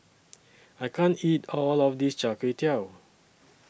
I can't eat All of This Char Kway Teow